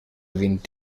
vint